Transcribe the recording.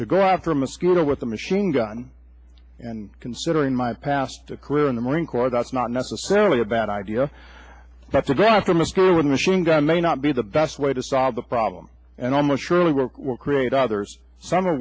to go after a mosquito with a machine gun and considering my past a career in the marine corps that's not necessarily a bad idea that's a grant from a school with a machine gun may not be the best way to solve the problem and almost surely work will create others s